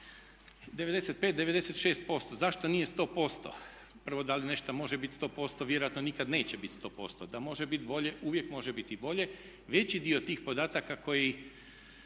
95%, 96%. Zašto nije 100%? Prvo da li nešto može biti 100%, vjerojatno nikad neće biti 100%. Da može biti bolje, uvijek može biti bolje. Veći dio tih podataka koji